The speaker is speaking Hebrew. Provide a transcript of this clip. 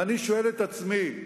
ואני שואל את עצמי: